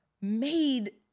made